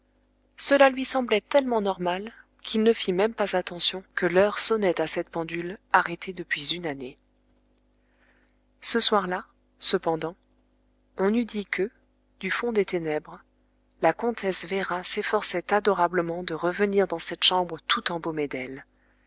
cela lui semblait tellement normal qu'il ne fit même pas attention que l'heure sonnait à cette pendule arrêtée depuis une année ce soir-là cependant on eût dit que du fond des ténèbres la comtesse véra s'efforçait adorablement de revenir dans cette chambre tout embaumée d'elle